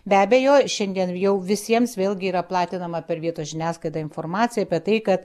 be abejo šiandien jau visiems vėlgi yra platinama per vietos žiniasklaidą informaciją apie tai kad